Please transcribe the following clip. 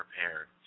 prepared